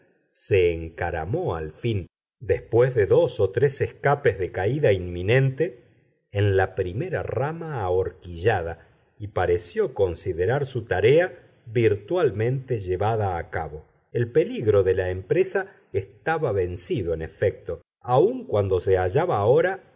se encaramó al fin después de dos o tres escapes de caída inminente en la primera rama ahorquillada y pareció considerar su tarea virtualmente llevada a cabo el peligro de la empresa estaba vencido en efecto aun cuando se hallaba ahora